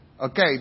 Okay